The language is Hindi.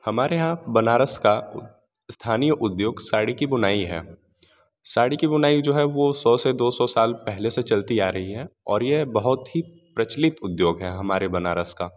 हमारे यहाँ बनारस का स्थानीय उद्योग साड़ी की बुनाई है साड़ी की बुनाई जो है वो सौ से दो सौ साल पहले से चलती आ रही है और यह बहुत ही प्रचलित उद्योग है हमारे बनारस का